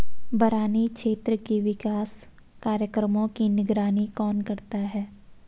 बरानी क्षेत्र के विकास कार्यक्रमों की निगरानी कौन करता है?